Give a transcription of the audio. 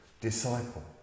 disciple